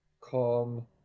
calm